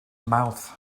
mouth